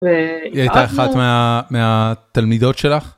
היא הייתה אחת מהתלמידות שלך.